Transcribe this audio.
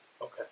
Okay